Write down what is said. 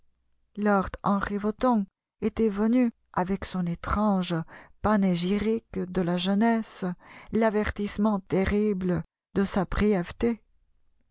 henry wotton était venu avec son étrange panégyrique de la jeunesse l'avertissement terrible de sa brièveté